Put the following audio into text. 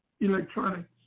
electronics